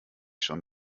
schon